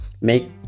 make